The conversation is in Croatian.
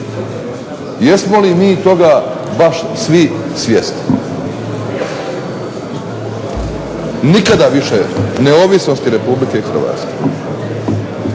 Jesmo li mi toga baš svi svjesni? Nikada više neovisnosti RH.